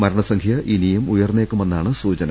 മരണസംഖ്യ ഇനിയും ഉയർന്നേക്കു മെന്നാണ് സൂചന